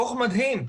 דוח מדהים.